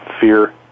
fear